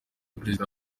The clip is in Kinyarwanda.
perezida